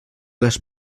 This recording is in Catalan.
les